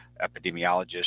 epidemiologist